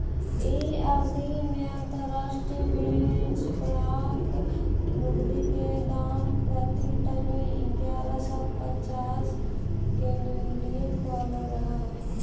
इ अवधि में अंतर्राष्ट्रीय बेंचमार्क लुगदी के दाम प्रति टन इग्यारह सौ पच्चास केनेडियन डॉलर रहऽ हई